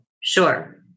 Sure